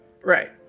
Right